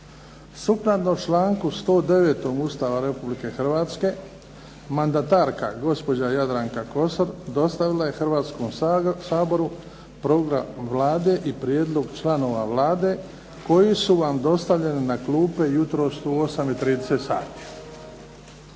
Sukladno članku 109. Ustava Republike Hrvatske mandataraka gospođa Jadranka Kosor dostavila je Hrvatskom saboru program Vlade i prijedlog članova Vlade koji su vam dostavljeni na klupe jutros u 8,30 sati.